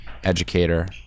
Educator